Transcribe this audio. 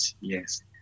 yes